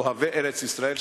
אוהבי ארץ-ישראל,